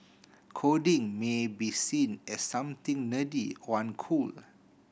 coding may be seen as something nerdy or uncool